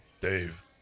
dave